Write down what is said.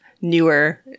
newer